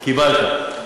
קיבלת.